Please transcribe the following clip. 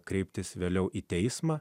kreiptis vėliau į teismą